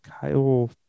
Kyle